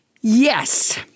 Yes